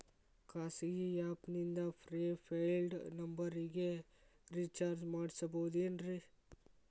ಖಾಸಗಿ ಆ್ಯಪ್ ನಿಂದ prepaid ನಂಬರಿಗ ರೇಚಾರ್ಜ್ ಮಾಡಬಹುದೇನ್ರಿ?